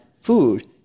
food